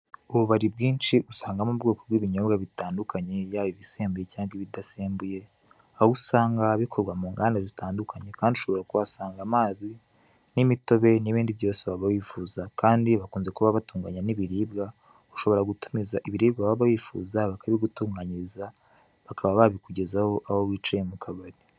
Ububari bwinshi usangamo ubwoko bw'ibinyobwa bitandukanye, yaba ibisembuye cyangwa ibidasembuye, aho usanga bikorwa mu nganda zitandukanye, kandi ushobora kuhasanga amazi n'imitobe n'ibindi byose waba wifuza, kandi bakunze kuba batunganya n'ibiribwa, ushobora gutumiza ibiribwa waba wifuza bakabigutunganyiriza, bakaba babikugezaho aho wicaye mu kabari.